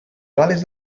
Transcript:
gal·les